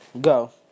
go